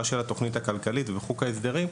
של התוכנית הכלכלית וחוק ההסדרים,